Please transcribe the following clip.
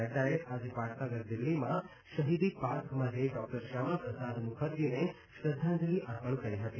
નડ્ડાએ આજે પાટનગર દિલ્હીમાં શહિદી પાર્કમાં જઇ ડોક્ટર શ્યામાપ્રસાદ મુખરજીને શ્રદ્ધાંજલી અર્પણ કરી હતી